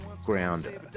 ground